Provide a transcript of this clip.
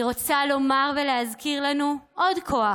אני רוצה לומר ולהזכיר לנו עוד כוח,